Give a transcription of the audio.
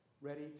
ready